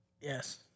Yes